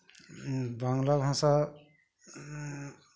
বাংলা ভাষা